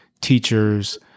teachers